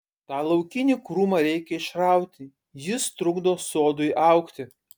tą laukinį krūmą reikia išrauti jis trukdo sodui augti